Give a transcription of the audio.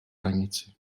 hranici